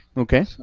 okay,